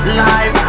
life